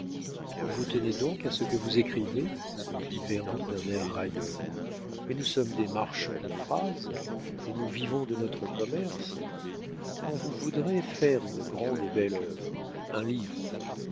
vous tenez donc à ce que vous écrivez lui dit vernou d'un air railleur mais nous sommes des marchands de phrases et nous vivons de notre commerce quand vous voudrez faire une grande et belle œuvre un livre enfin